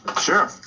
Sure